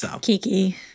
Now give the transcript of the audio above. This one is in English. Kiki